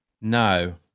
No